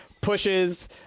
pushes